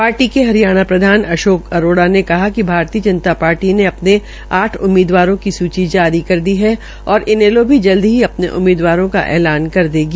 party के हरियणा प्रधान अशोक अरोड़ा ने कहा कि भारतीय जनता पार्टी ने अपने आठ उम्मीदवारों की सूची जारी कर दी है और इनैलो भी जल्द ही अपने उम्मीदवारों का ऐलान कर देगी